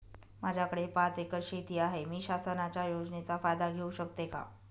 माझ्याकडे पाच एकर शेती आहे, मी शासनाच्या योजनेचा फायदा घेऊ शकते का?